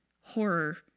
horror